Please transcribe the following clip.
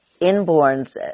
inborns